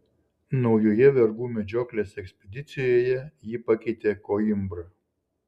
naujoje vergų medžioklės ekspedicijoje jį pakeitė koimbra